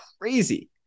crazy